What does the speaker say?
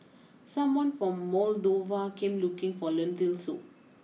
someone from Moldova came looking for Lentil Soup